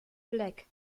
black